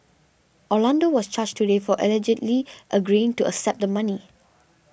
Orlando was charged today for allegedly agreeing to accept the money